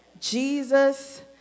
Jesus